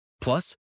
Plus